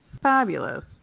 Fabulous